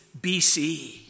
BC